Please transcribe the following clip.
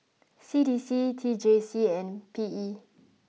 C D C T J C and P E